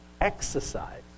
exercise